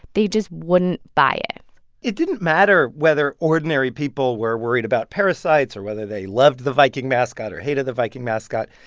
they just wouldn't buy it it didn't matter whether ordinary people were worried about parasites or whether they loved the viking mascot or hated the viking mascot.